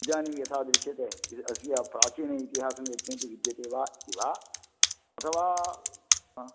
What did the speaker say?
इदानीं यथा दृश्यते इ अस्य प्राचीन इतिहासं यत्किमपि विद्यते इति वा इति वा अथवा हा